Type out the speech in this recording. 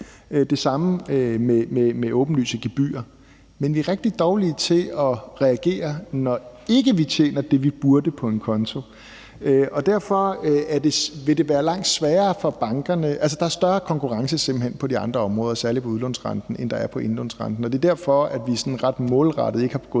Det samme gælder åbenlyse gebyrer. Men vi er rigtig dårlige til at reagere, når vi ikke tjener det, vi burde, på en konto. Derfor er der simpelt hen større konkurrence på de andre områder, særlig på udlånsrenten, end der er på indlånsrenten, og det er derfor, at vi sådan ret målrettet ikke er gået